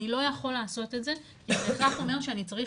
אני לא יכול לעשות את זה כי זה בהכרח אומר שאני צריך